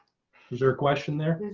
is there a question, they're